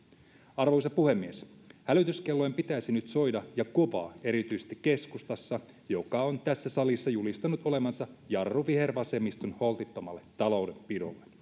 arvoisa puhemies hälytyskellojen pitäisi nyt soida ja kovaa erityisesti keskustassa joka on tässä salissa julistanut olevansa jarru vihervasemmiston holtittomalle taloudenpidolle